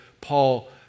Paul